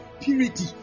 purity